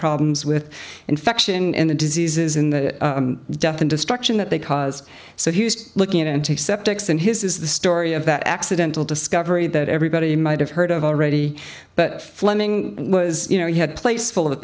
problems with infection and the diseases in the death and destruction that they caused so he used looking into sceptics and his is the story of that accidental discovery that everybody might have heard of already but fleming was you know he had place full of